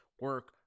Work